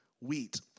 wheat